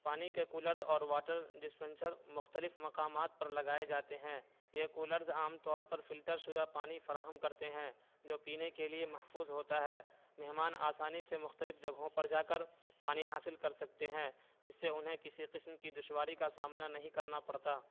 پانی کے کولرز اور واٹر ڈسپینسر مختلف مقامات پر لگائے جاتے ہیں یہ کولرز عام طور پر فلٹر شدہ پانی فراہم کرتے ہیں جو پینے کے لیے محفوظ ہوتا ہے مہمان آسانی سے مختلف جگہوں پر جا کر پانی حاصل کر سکتے ہیں جس سے انہیں کسی قسم کی دشواری کا سامنا نہیں کرنا پڑتا